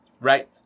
Right